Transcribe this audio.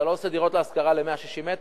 אתה לא עושה דירות להשכרה של 160 מ"ר.